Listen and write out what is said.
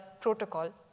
protocol